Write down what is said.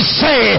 say